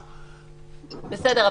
בסדר,